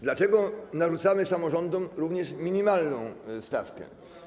Dlaczego narzucamy samorządom również minimalną stawkę?